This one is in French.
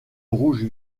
rouge